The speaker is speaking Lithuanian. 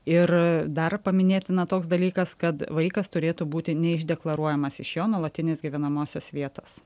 ir dar paminėtina toks dalykas kad vaikas turėtų būti neišdeklaruojamas iš jo nuolatinės gyvenamosios vietos